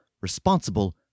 responsible